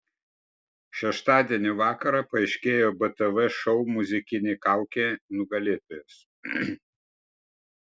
šeštadienio vakarą paaiškėjo btv šou muzikinė kaukė nugalėtojas